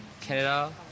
Canada